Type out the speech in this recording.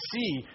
see